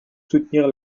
soutenir